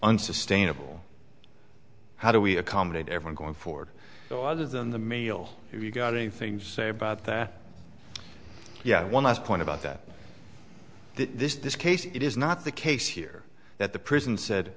unsustainable how do we accommodate everyone going forward so other than the meal you got anything to say about that yet one last point about that this is this case it is not the case here that the prison said